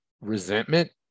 resentment